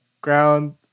ground